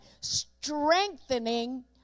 strengthening